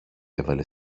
έβαλε